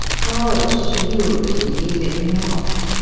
god shield you mean it not!